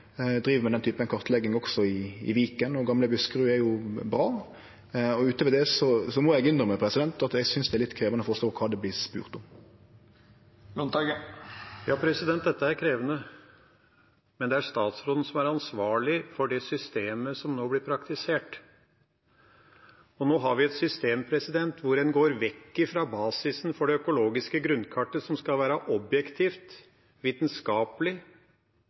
med denne typen kartlegging også i Viken og gamle Buskerud, er jo bra. Utover det må eg innrømme at eg synest det er litt krevjande å forstå kva det vert spurt om. Ja, dette er krevende, men det er statsråden som er ansvarlig for det systemet som nå blir praktisert. Nå har vi et system hvor en går vekk fra basisen for det økologiske grunnkartet som skal være objektivt, vitenskapelig,